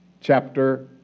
chapter